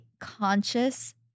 conscious